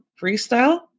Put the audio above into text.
freestyle